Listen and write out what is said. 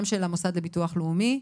גם של המוסד לביטוח לאומי.